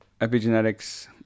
epigenetics